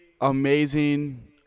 amazing